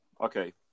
Okay